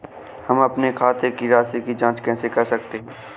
हम अपने खाते की राशि की जाँच कैसे कर सकते हैं?